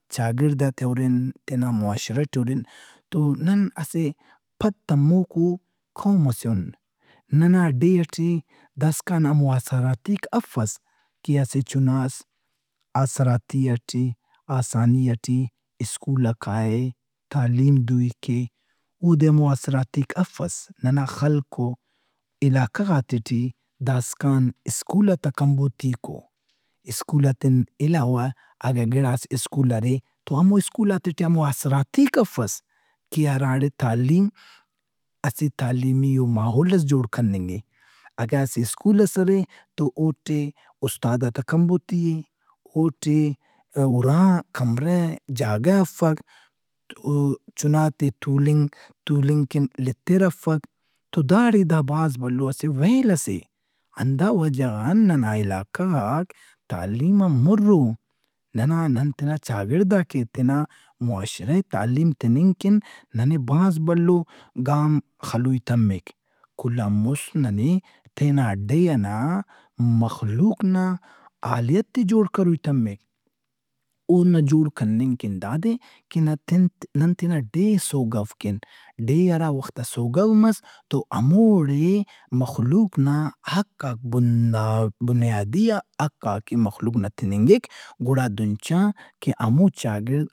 چاگڑداتے ہُرن، تینا معاشرہ ٹے ہُرن تو نن اسہ پد تموکو قوم ئسے اُن۔ ننا ڈیھ ئٹے داسکان ہمو آسراتیک افس کہ اسہ چُناس آسراتی ئٹے، آسانی ئٹے سکول آ کائہہ، تعلیم دوئی کے اودے ہمو آسراتیک افس۔ ننا خلق و علاقہ غات ئے ٹی داسکان سکولات آ کمبوتیک او۔ سکولات آن علاوہ اگہ گڑاس سکول ارے تو ہمو سکولاتے ٹی ہمو آسراتیک افس کہ ہراڑے تعلیم اسہ تعلیمیئو ماحولس جوڑ کننگہِ۔ اگہ اسہ سکول ئس ارے تو اوڑے استادات آ کمبوتی اے، اوٹے اُرا، کمرہ، جاگہ افک۔ او چنات ئے تُولنگ کہ لتر افک تو داڑے دا بھلو اسہ بٓویل ئس اے۔ ہندا وجہ غان ننا علاقہ غاک تعلیم ان مُر او۔ نن تینا چاگڑداک ئے، تینا معاشرہ ئے تعلیم تننگ کن ننے بھاز بھلو گام خلوئی تمک۔ کل آن مُست ننے تینا ڈیھ ئنا مخلوق نا حالیت ئے جوڑ کروئی تمک۔ اونا جوڑ کننگ کن داد اے کہ نتِن- نن تینا ڈیھ ئے سوگو کین۔ ڈیھ ہراوخت آ سوگو مس تو ہموڑے مخلوق نا حقاک بنداو- بنیادیئا حقاک ئے مخلوق نا تِننگک۔ گڑا دہن چا ہمو چاگڑد۔